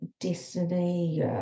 Destiny